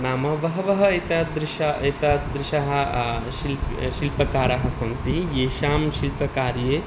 नाम बहवः एतादृशाः एतादृशाः शिल्प शिल्पकाराः सन्ति एषां शिल्पकार्ये